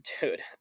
dude